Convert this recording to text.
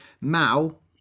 Mal